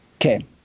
Okay